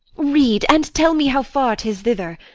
read, and tell me how far tis thither.